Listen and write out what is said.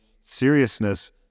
seriousness